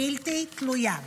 בלתי תלויה.